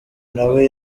nawe